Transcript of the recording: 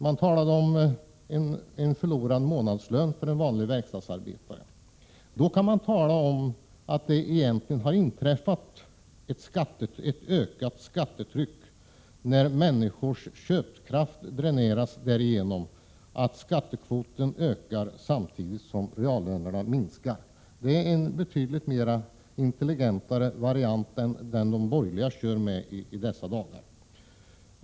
Man talade om en förlorad månadslön för en vanlig verkstadsarbetare. Då kan man tala om ökat skattetryck, när människors köpkraft dräneras genom att skattekvoten ökar samtidigt som reallönerna minskar. Det är en betydligt mer intelligent variant än den de borgerliga framför i dessa dagar.